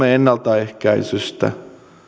puhumme ennaltaehkäisystä